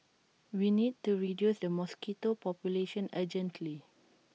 we need to reduce the mosquito population urgently